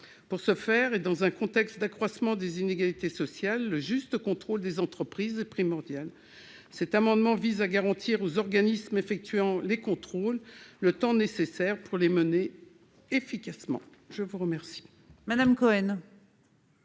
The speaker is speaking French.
devant l'impôt ». Dans un contexte d'accroissement des inégalités sociales, le juste contrôle des entreprises est donc primordial. Cet amendement vise à garantir aux organismes effectuant les contrôles le temps nécessaire pour les mener efficacement. La parole